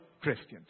Christians